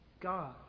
God